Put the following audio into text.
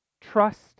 trust